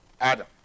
Adam